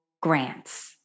grants